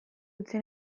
utzi